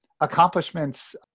accomplishments